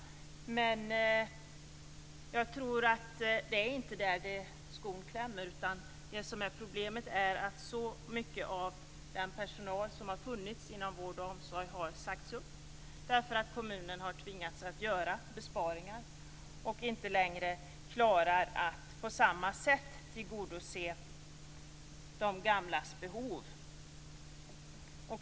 Men jag tror inte att det är där skon klämmer. Det som är problemet är att så mycket av den personal som har funnits inom vård och omsorg har sagts upp därför att kommunen har tvingats att göra besparingar. Då klarar man inte längre att på samma sätt tillgodose de gamlas behov.